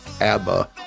ABBA